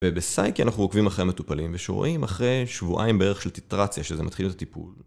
ובסייקי אנחנו עוקבים אחרי מטופלים ושומעים אחרי שבועיים בערך של טיטרציה שזה מתחיל את הטיפול